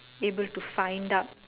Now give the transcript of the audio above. able to find out